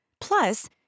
Plus